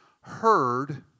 heard